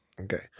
Okay